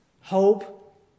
Hope